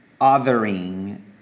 othering